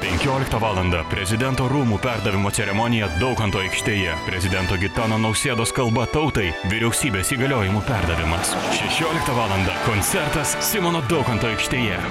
penkioliktą valandą prezidento rūmų perdavimo ceremonija daukanto aikštėje prezidento gitano nausėdos kalba tautai vyriausybės įgaliojimų perdavimas šešioliktą valandą koncertas simono daukanto aikštėje